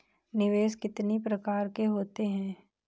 निवेश कितनी प्रकार के होते हैं?